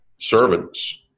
Servants